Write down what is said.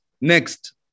Next